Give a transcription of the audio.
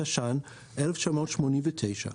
התש"ן-1989,